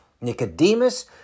Nicodemus